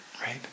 right